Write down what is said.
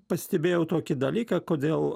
pastebėjau tokį dalyką kodėl